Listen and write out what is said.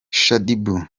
shaddyboo